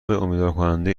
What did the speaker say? امیدوارکننده